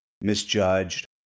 misjudged